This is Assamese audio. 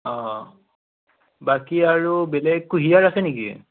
অ' বাকী আৰু বেলেগ কুঁহিয়াৰ আছে নেকি